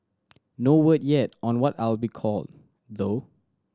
no word yet on what I'll be called though